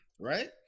Right